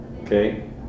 okay